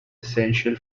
essential